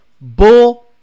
Bull